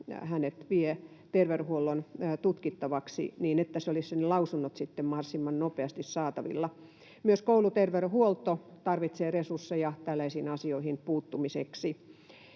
hänet vie terveydenhuollon tutkittavaksi, niin lausunnot olisivat sitten mahdollisimman nopeasti saatavilla. Myös kouluterveydenhuolto tarvitsee resursseja tällaisiin asioihin puuttumiseksi.